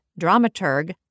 dramaturg